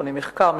מכוני מחקר,